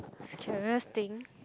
the scariest thing